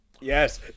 Yes